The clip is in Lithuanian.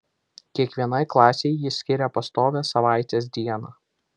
kiekvienai klasei ji skiria pastovią savaitės dieną